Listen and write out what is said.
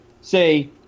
say